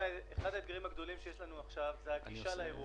האתגרים הגדולים שיש לנו עכשיו זה הגישה לאירוע.